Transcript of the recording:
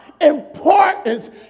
importance